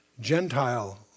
Gentile